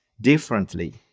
differently